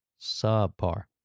Subpar